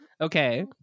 Okay